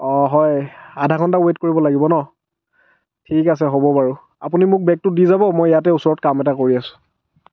অঁ হয় আধা ঘন্টা ৱেইট কৰিব লাগিব ন ঠিক আছে হ'ব বাৰু অপুনি মোক বেগটো দি যাব মই ইয়াতে ওচৰত কাম এটা কৰি আছোঁ